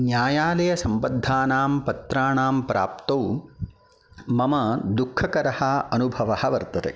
न्यायालयसम्बद्धानां पत्राणां प्राप्तौ मम दुःखकरः अनुभवः वर्तते